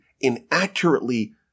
inaccurately